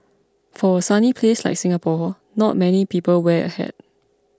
for a sunny place like Singapore not many people wear a hat